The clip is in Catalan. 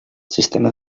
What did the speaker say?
sistema